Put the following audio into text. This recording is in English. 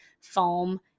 foam